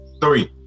Three